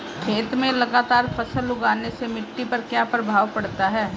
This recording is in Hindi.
खेत में लगातार फसल उगाने से मिट्टी पर क्या प्रभाव पड़ता है?